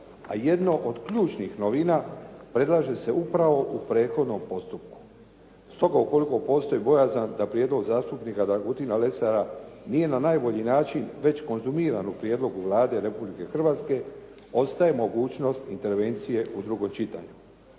a jedno od ključnih novina predlaže se upravo u prethodnom postupku. Stoga ukoliko postoji bojazan da prijedlog zastupnika Dragutina Lesara nije na najbolji način već konzumiran u prijedlogu Vlade Republike Hrvatske ostaje mogućnost intervencije u drugo čitanje.